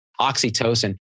oxytocin